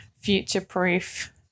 future-proof